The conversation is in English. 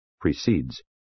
precedes